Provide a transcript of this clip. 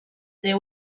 there